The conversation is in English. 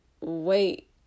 wait